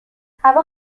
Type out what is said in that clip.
هوا